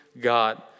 God